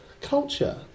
culture